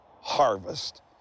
harvest